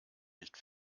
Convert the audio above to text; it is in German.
nicht